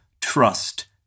Trust